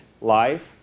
life